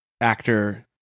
actor